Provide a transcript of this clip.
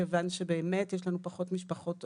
כיוון שבאמת יש לנו פחות משפחות אומנה.